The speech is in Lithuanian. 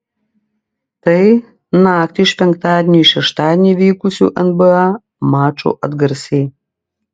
tai naktį iš penktadienio į šeštadienį vykusių nba mačų atgarsiai